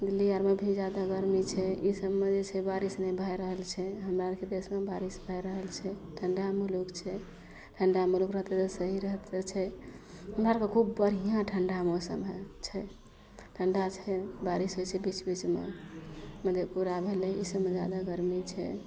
दिल्ली आओरमे भी जादा गरमी छै ईसबमे जे छै बारिश नहि भै रहल छै हमरा आओरके देशमे बारिश भै रहल छै ठण्डामे लोक छै ठण्डामे लोक रहतै तऽ सही रहतै छै हमरा आओरके खूब बढ़िआँ ठण्डा मौसम होइ छै ठण्डा छै बारिश होइ छै बीच बीचमे मधेपुरा भेलै ईसबमे जादा गरमी छै